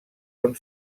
són